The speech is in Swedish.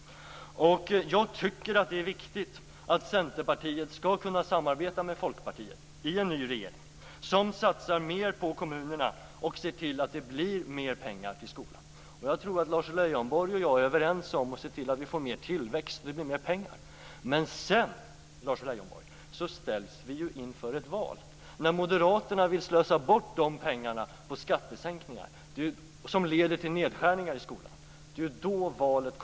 Jag tycker att det är viktigt att Centerpartiet kan samarbeta med Folkpartiet i en ny regering som satsar mera på kommunerna och som ser till att det blir mera pengar till skolan. Vidare tror jag att Lars Leijonborg och jag är överens om att det gäller att se till att det blir mer av tillväxt så att det blir mer pengar. Men sedan, Lars Leijonborg, ställs vi inför ett val. När Moderaterna vill slösa bort de pengarna på skattesänkningar, som leder till nedskärningar i skolan, kommer valet.